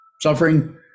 Suffering